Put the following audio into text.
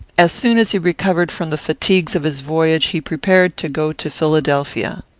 as soon as he recovered from the fatigues of his voyage, he prepared to go to philadelphia.